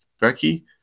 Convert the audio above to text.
Becky